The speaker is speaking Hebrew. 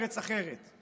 ארץ אחרת,